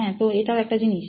হ্যাঁ তো এটাও একটা জিনিস